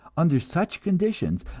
under such conditions,